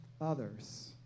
others